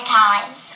times